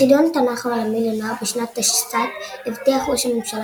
בחידון התנ"ך העולמי לנוער בשנת תשס"ט הבטיח ראש הממשלה